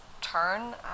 turn